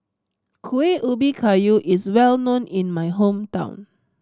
Kuih Ubi Kayu is well known in my hometown